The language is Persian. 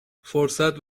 فرصت